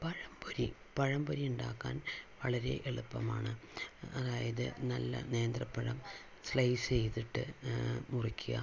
പഴംപൊരി പഴംപൊരി ഉണ്ടാക്കാൻ വളരെ എളുപ്പമാണ് അതായത് നല്ല നേന്ത്രപ്പഴം സ്ലൈസ് ചെയ്തിട്ട് മുറിയ്ക്കുക